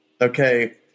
okay